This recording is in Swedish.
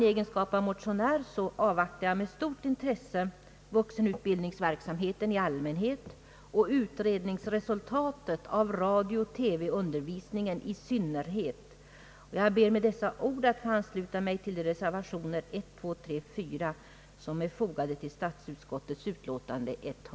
I egenskap av motionär avvaktar jag med stort intresse vuxenutbildningsverksamheten i allmänhet och utredningsresultatet av radiooch TV-undervisningen i synnerhet. Med dessa ord ber jag få ansluta mig